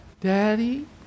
Daddy